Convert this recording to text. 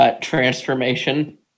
Transformation